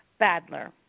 Badler